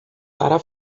para